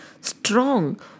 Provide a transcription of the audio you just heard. strong